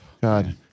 God